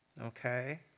okay